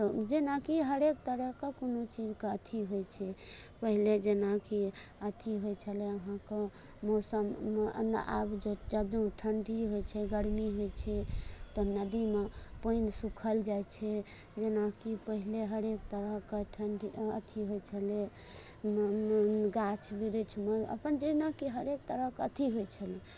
जेनाकि हरेक तरह कऽ कोनो चीज कऽ अथी होइत छै पहिले जेनाकि अथी होइत छलै अहाँ कऽ मौसममे ओहिमे आब कभी ठण्ढी होइत छै गर्मी होइत छै तऽ नदीमे पानि सुखल जाइत छै जेनाकि पहिने हरेक तरह के ठण्ढ अथी होइत छलैए गाछ वृक्षमे अपन जेनाकऽ हरेक तरह कऽ अथी होइत छलै